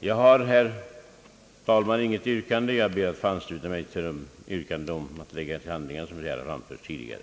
Jag har, herr talman, inget yrkande. Jag ber att få ansluta mig till de yrkanden om att memorialet skall läggas till handlingarna som redan har framställts.